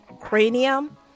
Cranium